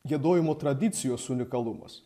giedojimo tradicijos unikalumas